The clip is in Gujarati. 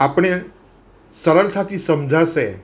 આપણે સરળતાથી સમજાશે